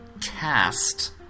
cast